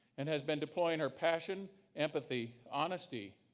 and has been deploying her passion, empathy, honesty,